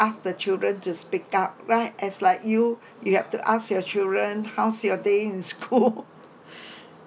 ask the children to speak up right as like you you have to ask your children how's your day in school